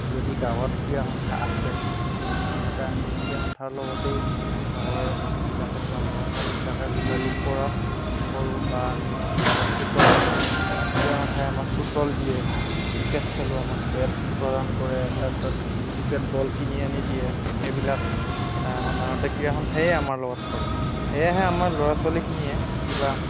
যদি গাঁৱত ক্ৰীড়া সন্থা আছে সাধাৰণতে আমি ক্ৰীড়া সন্থাৰ লগতেই গাঁৱৰ মানুহবিলাকে বা ল'ৰা ছোৱালীবিলাকে যোগাযোগ কৰক কৰোঁ বা আমি গাঁৱত ফুটবল খেলোঁ ক্ৰীড়া সন্থাই আমাক ফুটবল দিয়ে ক্ৰিকেট খেলোঁ আমাক বেট প্ৰদান কৰে তাৰ পিছত ক্ৰিকেট বল কিনি আনি দিয়ে সেইবিলাক সাধাৰণতে ক্ৰীড়া সন্থাই আমাৰ লগত কৰে সেয়েহে আমাৰ ল'ৰা ছোৱালীখিনিয়ে কিবা